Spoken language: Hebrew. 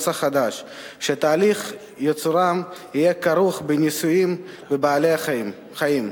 שתהליך ייצורם כרוך בניסויים בבעלי-חיים.